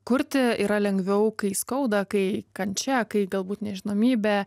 kurti yra lengviau kai skauda kai kančia kai galbūt nežinomybė